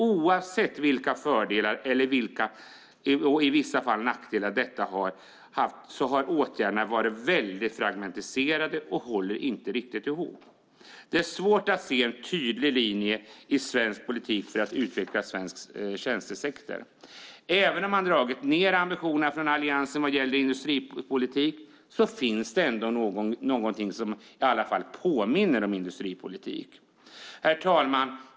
Oavsett vilka fördelar eller i vissa fall nackdelar detta har inneburit har åtgärderna varit väldigt fragmentiserade och håller inte riktigt ihop. Det är svårt att se en tydlig linje i svensk politik för att utveckla svensk tjänstesektor. Även om Alliansen dragit ned ambitionerna vad gäller industripolitik finns det någonting som i alla fall påminner om industripolitik. Herr talman!